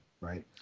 right